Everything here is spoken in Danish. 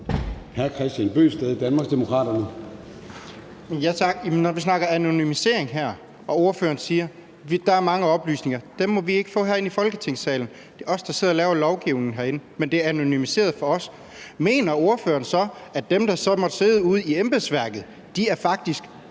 Kristian Bøgsted (DD): Tak. Når vi snakker anonymisering her og ordføreren siger, at der er mange oplysninger, som vi ikke må få herinde i Folketingssalen – det et er os, der sidder og laver lovgivningen herinde, men det er anonymiseret for os – mener ordføreren så, at dem, der så måtte sidde ude i embedsværket, faktisk